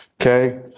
okay